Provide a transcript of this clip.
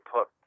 put